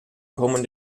kommen